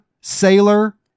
sailor